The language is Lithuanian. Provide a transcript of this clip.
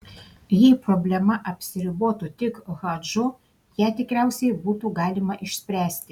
jei problema apsiribotų tik hadžu ją tikriausiai būtų galima išspręsti